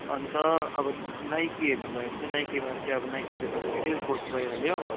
अन्त अब नाइकी हेर्नु भयो भने चाहिँ नाइकीमा चाहिँ नाइकीको तपाईँको एयरफोर्स भइहाल्यो